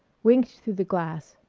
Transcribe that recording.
winked through the glass.